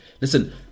Listen